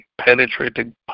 penetrating